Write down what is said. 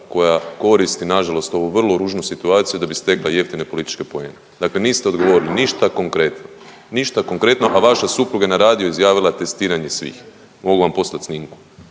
koja koristi nažalost ovu vrlo ružnu situaciju da bi stekla jeftine političke poene. Dakle, niste odgovorili ništa konkretno. Ništa konkretno, a vaša supruga je na radiju izjavila testiranje svih. Mogu vam poslati snimku